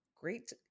great